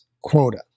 quota